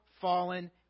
fallen